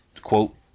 quote